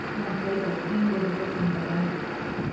months later, hoehn was the victim of identity theft.